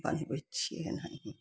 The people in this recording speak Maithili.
बनबय छी एनाही